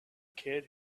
kid